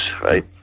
right